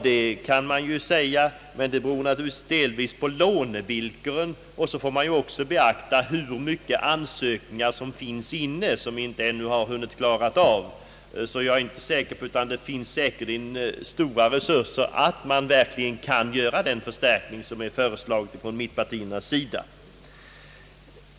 Det kan man ju säga, men kapaciteten beror naturligtvis till en del på lånevillkoren. Man måste också beakta de ansökningar som finns inne och som ännu inte hunnit klaras av. Det finns säkerligen stora resurser, men jag är inte säker på att de räcker till utan den förstärkning som mittenpartierna föreslagit.